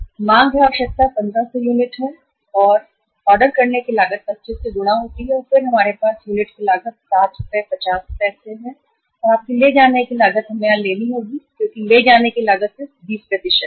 यह 2 मांग है आवश्यकता 1500 यूनिट है और फिर प्रति यूनिट लागत को सॉरी ऑर्डर कहा जाता है ऑर्डर करने की लागत 25 से गुणा होती है और फिर हमारे पास यूनिट की लागत 7 रुपये और 50 रुपये होती है पैसा और आपकी ले जाने की लागत हमें यहाँ लेनी होगी क्योंकि ले जाने की लागत सिर्फ 20 है